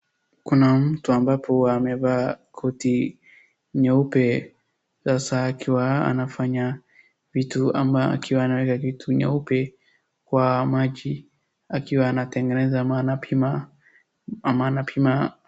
Kuna mtu ambapo amevaa koti nyeupe. Sasa akiwa anafanya vitu ama akiwa anaweka kitu nyeupe kwa maji akiwa anatengeneza ama ana pima ama ana pima.